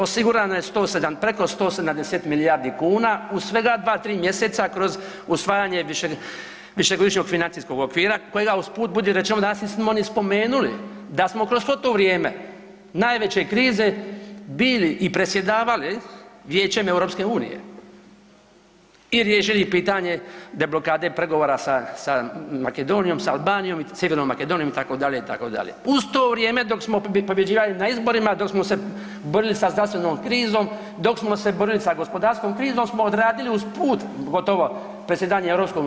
Osigurano je 107, preko 170 milijardi kuna u svega 2-3 mjeseca kroz usvajanje više, višegodišnjeg financijskog okvira kojega usput budi rečeno danas nismo ni spomenuli da smo kroz svo to vrijeme najveće krize bili i predsjedavali Vijećem EU i riješili pitanje deblokade pregovora sa, sa Makedonijom, sa Albanijom i Sjevernom Makedonijom itd. itd. uz to vrijeme dok smo pobjeđivali na izborima, dok smo se borili sa zdravstvenom krizom, dok smo se borili sa gospodarskom krizom smo odradili usput gotovo predsjedanje EU.